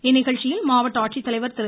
இந்நிகழ்ச்சியில் மாவட்ட ஆட்சித்தலைவர் திரு